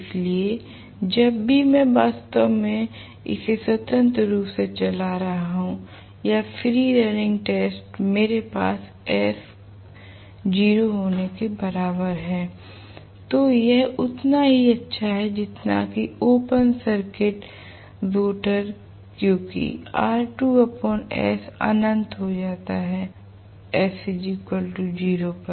इसलिए जब भी मैं वास्तव में इसे स्वतंत्र रूप से चला रहा हूं या फ्री रनिंग टेस्ट मेरे पास s 0 के बराबर होने हूं तो यह उतना ही अच्छा है जितना कि ओपन सर्किट रोटर क्योंकि R2 s अनंत हो जाता है s 0 पर